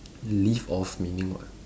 live off meaning what